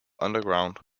underground